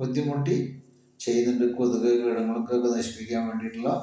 ബുദ്ധിമുട്ടി ചെയ്യുന്നുണ്ട് കൊതുക് കീടങ്ങളെയൊക്കെ നശിപ്പിക്കാൻ വേണ്ടിയിട്ടുള്ള